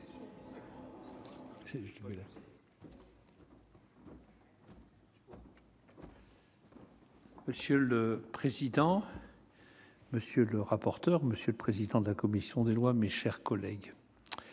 Monsieur le président, monsieur le rapporteur, monsieur le président de la commission des lois, mes chers collègues,